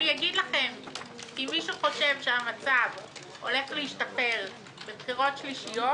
אם מישהו חושב שהמצב הולך להשתפר בבחירות שלישיות,